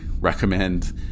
recommend